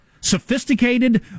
Sophisticated